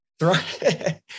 Right